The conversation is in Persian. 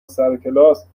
سرکلاس